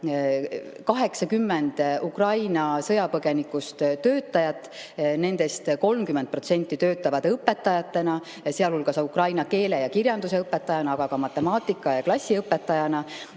80 Ukraina sõjapõgenikust töötajat. Nendest 30% töötavad õpetajatena, sealhulgas ukraina keele ja kirjanduse õpetajana, aga ka matemaatika- ja klassiõpetajana,